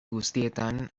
guztietan